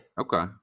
Okay